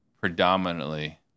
predominantly